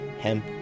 hemp